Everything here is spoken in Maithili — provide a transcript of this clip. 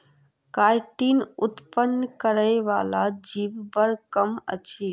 काइटीन उत्पन्न करय बला जीव बड़ कम अछि